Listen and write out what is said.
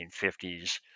1950s